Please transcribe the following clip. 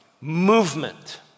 movement